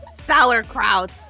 Sauerkraut